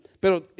Pero